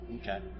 Okay